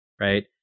right